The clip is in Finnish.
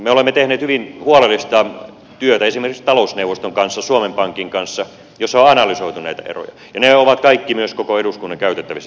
me olemme tehneet hyvin huolellista työtä esimerkiksi talousneuvoston kanssa suomen pankin kanssa jossa on analysoitu näitä eroja ja nämä kaikki tiedot ovat tietysti myös koko eduskunnan käytettävissä